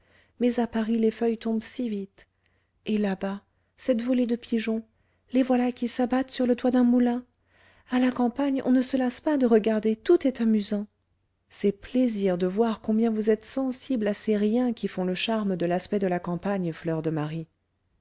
mais à paris les feuilles tombent si vite et là-bas cette volée de pigeons les voilà qui s'abattent sur le toit d'un moulin à la campagne on ne se lasse pas de regarder tout est amusant c'est plaisir de voir combien vous êtes sensible à ces riens qui font le charme de l'aspect de la campagne fleur de marie